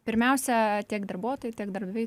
pirmiausia tiek darbuotojai tiek darbdaviai